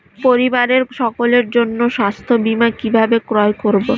পরিবারের সকলের জন্য স্বাস্থ্য বীমা কিভাবে ক্রয় করব?